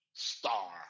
star